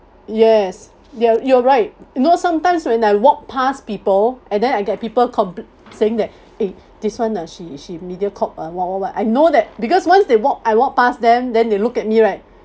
yes you're you're right you know sometimes when I walk past people and then I get people comp~ saying that eh this [one] ah she she mediacorp ah what what what I know that because once they walk I walk past them then they look at me right